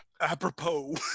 apropos